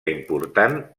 important